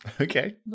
Okay